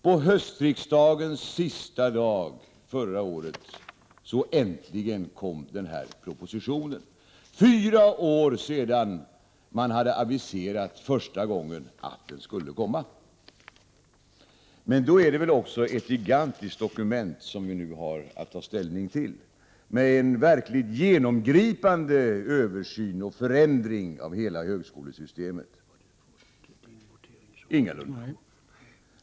På höstriksdagens sista dag förra året kom äntligen propositionen, fyra år sedan man första gången hade aviserat att den skulle komma. Men då är det väl också ett gigantiskt dokument som vi nu har att ta ställning till, med en verkligt genomgripande översyn och förändring av hela högskolesystemet. Ingalunda!